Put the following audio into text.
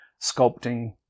sculpting